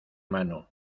mano